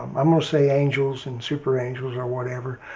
i'm gonna say angels and super angels or whatever,